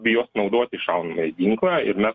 bijos naudoti šaunamąjį ginklą ir mes